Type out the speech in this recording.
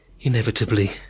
inevitably